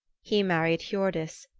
he married hiordis,